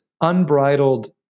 unbridled